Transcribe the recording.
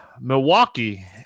Milwaukee